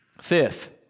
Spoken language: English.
Fifth